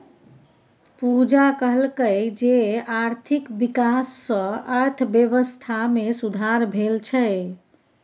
पूजा कहलकै जे आर्थिक बिकास सँ अर्थबेबस्था मे सुधार भेल छै